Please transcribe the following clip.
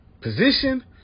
position